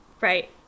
Right